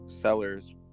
sellers